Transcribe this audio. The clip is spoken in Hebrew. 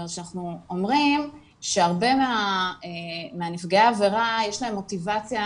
אנחנו אומרים שהרבה מנפגעי העבירה יש להם מוטיבציה